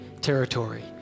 territory